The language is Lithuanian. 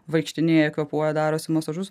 vaikštinėja kvėpuoja darosi masažus